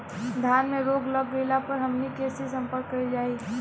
धान में रोग लग गईला पर हमनी के से संपर्क कईल जाई?